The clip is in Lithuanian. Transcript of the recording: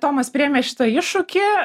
tomas priėmė šitą iššūkį